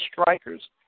strikers